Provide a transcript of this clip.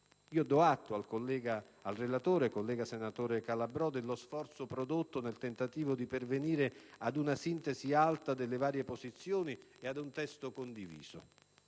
Do atto al relatore, collega Calabrò, dello sforzo prodotto nel tentativo di pervenire ad una sintesi alta delle varie posizioni e ad un testo condiviso.